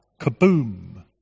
Kaboom